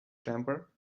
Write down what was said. temper